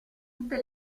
tutte